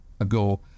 ago